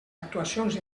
actuacions